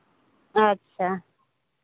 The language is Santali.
ᱟᱪᱪᱷᱟ